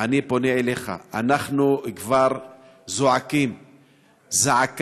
אני פונה אליך: אנחנו כבר זועקים זעקה,